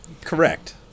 Correct